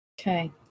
Okay